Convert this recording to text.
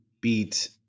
beat